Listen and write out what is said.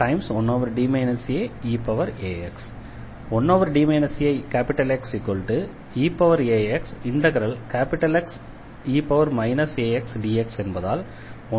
எனவே 1fDeax1D a1geax 1D a1geaxga≠0எனும்போது